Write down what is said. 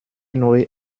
neue